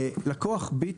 לקוח "ביט"